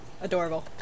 Adorable